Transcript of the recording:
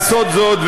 לעשות זאת,